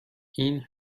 این